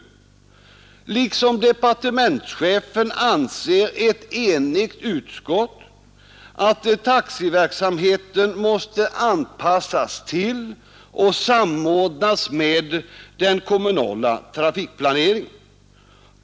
Liksom departementschefen anser ett enigt utskott att taxiverksamheten måste anpassas till och samordnas med den kommunala trafikplaneringen.